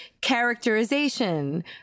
characterization